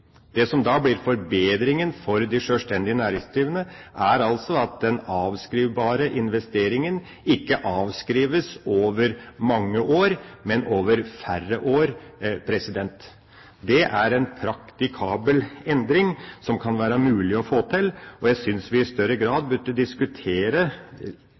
Det som da blir forbedringa for de sjølstendig næringsdrivende, er altså at den avskrivbare investeringa ikke avskrives over mange år, men over færre år. Det er en praktikabel endring som det kan være mulig å få til, og jeg synes vi i større